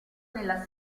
nella